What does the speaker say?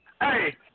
Hey